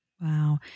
Wow